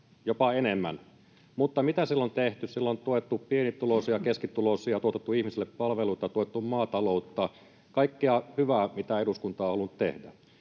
jopa enemmän. Mutta mitä sillä on tehty? Sillä on tuettu pienituloisia, keskituloisia, tuotettu ihmisille palveluita, tuettu maataloutta, kaikkea hyvää, mitä eduskunta on halunnut tehdä.